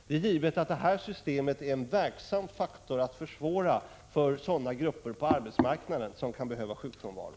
Det är givet att detta system är en verksam faktor för att försvåra för sådana grupper på arbetsmarknaden som kan behöva sjukfrånvaro.